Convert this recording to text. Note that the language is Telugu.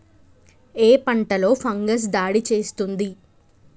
ఏ పంటలో ఫంగస్ దాడి చేస్తుంది?